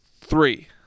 three